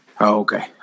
okay